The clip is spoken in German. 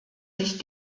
sich